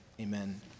Amen